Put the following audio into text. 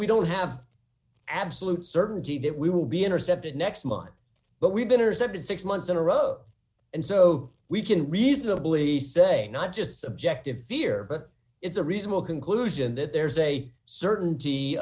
we don't have absolute certainty that we will be intercepted next month but we've been intercepted six months in iraq and so we can reasonably say not just subjective fear but it's a reasonable conclusion that there's a certain